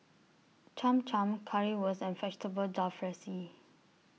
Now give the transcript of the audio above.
Cham Cham Currywurst and Vegetable Jalfrezi